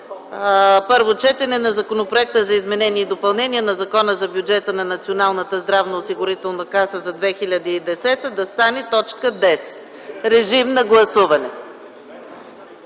„Първо четене на Законопроекта за изменение и допълнение на Закона за бюджета на Националната здравноосигурителна каса за 2010 г.” да стане т. 10. Утре имаме отделно гласуване